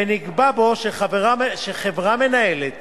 ונקבע בו שחברה מנהלת